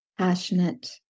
Passionate